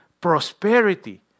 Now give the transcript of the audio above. Prosperity